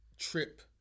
trip